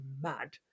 mad